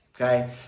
okay